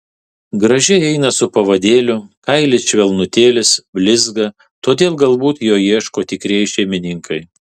gražiai eina su pavadėliu kailis švelnutėlis blizga todėl galbūt jo ieško tikrieji šeimininkai